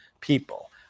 people